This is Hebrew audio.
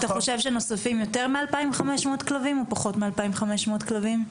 אתה חושב שנוספים יותר מ-2,500 כלבים או פחות מ-2,500 כלבים?